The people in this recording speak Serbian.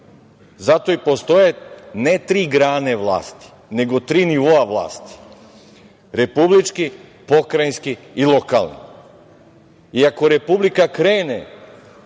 Zato i postoje, ne tri grane vlasti, nego tri nivoa vlasti: republički, pokrajinski i lokalni. I ako republika krene